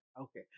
Okay